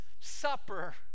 Supper